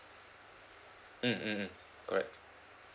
mm mm mm correct